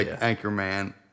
Anchorman